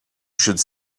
should